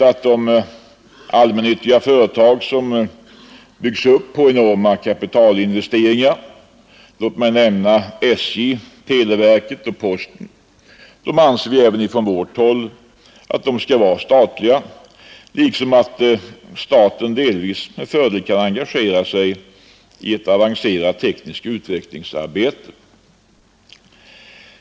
Att allmännyttiga företag som byggs upp på enorma kapitalinvesteringar — låt mig nämna SJ, televerket och posten — skall vara statliga anser vi även från vårt håll vara odiskutabelt liksom att staten delvis med fördel kan engagera sig i ett avancerat tekniskt utvecklingsarbete.